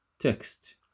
Text